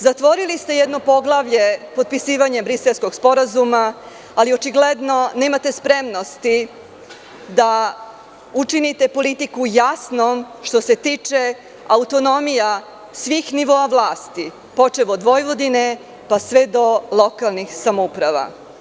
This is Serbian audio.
Zatvorili ste jedno poglavlje potpisivanjem Briselskog sporazuma ali očigledno nemate spremnosti da učinite politiku jasnom što se tiče autonomija svih nivoa vlasti, počev od Vojvodine pa sve do lokalnih samouprava.